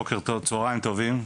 בוקר טוב, צהריים טובים,